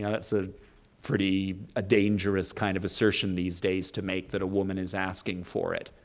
yeah that's a pretty ah dangerous kind of assertion these days to make, that a woman is asking for it,